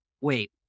Wait